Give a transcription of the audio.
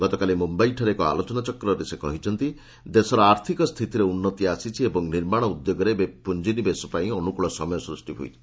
ଗତକାଲି ମୁମ୍ବାଇଠାରେ ଏକ ଆଲୋଚନାଚକ୍ରରେ ସେ କହିଛନ୍ତି ଦେଶର ଆର୍ଥିକ ସ୍ଥିତିରେ ଉନ୍ନତି ଆସିଛି ଏବଂ ନିର୍ମାଣ ଉଦ୍ୟୋଗରେ ଏବେ ପୁଞ୍ଜି ନିବେଶ ପାଇଁ ଅନୁକୂଳ ସମୟ ସୃଷ୍ଟି ହୋଇଛି